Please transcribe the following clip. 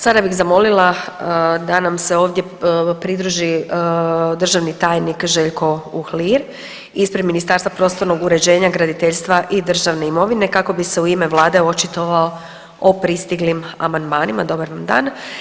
Sada bih zamolila da nam se ovdje pridruži državni tajnik Željko Uhlir ispred Ministarstva prostornog uređenja, graditeljstva i državne imovine kako bi se uime vlade očitovao o pristiglim amandmanima, dobar vam dan.